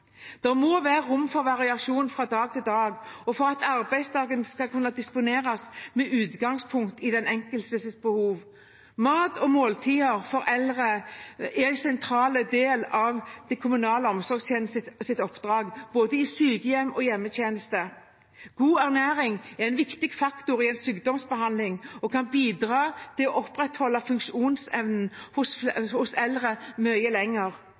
Det må være rom for variasjon fra dag til dag og for at arbeidsdagen kan disponeres med utgangspunkt i den enkeltes behov. Mat og måltider for eldre er en sentral del av den kommunale omsorgstjenestens oppdrag i både sykehjem og hjemmetjeneste. God ernæring er en viktig faktor i en sykdomsbehandling og kan bidra til å opprettholde funksjonsevnen hos eldre mye lenger.